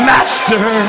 Master